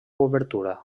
obertura